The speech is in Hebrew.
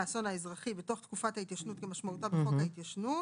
האזרחי בתוך תקופת ההתיישנות כמשמעותה בחוק ההתיישנות,